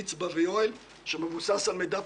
נטל בן ארי גם חלק דומיננטי ומרכזי בדיונים,